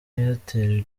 airtel